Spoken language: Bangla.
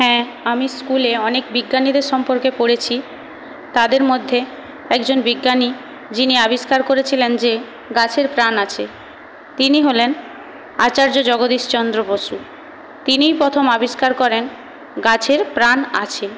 হ্যাঁ আমি স্কুলে অনেক বিজ্ঞানীদের সম্পর্কে পড়েছি তাঁদের মধ্যে একজন বিজ্ঞানী যিনি আবিষ্কার করেছিলেন যে গাছের প্রাণ আছে তিনি হলেন আচার্য জগদীশ চন্দ্র বসু তিনিই প্রথম আবিষ্কার করেন গাছের প্রাণ আছে